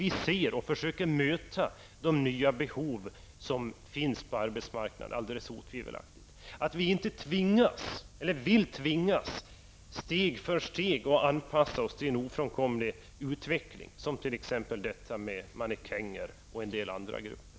Vi ser, och försöker möta, de nya behov som utan tvivel finns på arbetsmarknaden. Vi vill inte tvingas att steg för steg anpassa oss till en ofrånkomlig utveckling. Det gäller t.ex. mannekängerna och en del andra grupper.